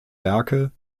werke